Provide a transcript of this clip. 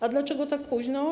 A dlaczego tak późno?